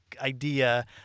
idea